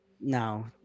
no